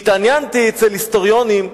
התעניינתי אצל היסטוריונים,